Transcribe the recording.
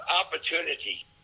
opportunity